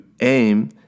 aim